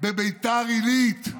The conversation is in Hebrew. בביתר עילית.